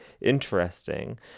interesting